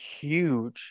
huge